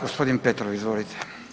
Gospodin Petrov, izvolite.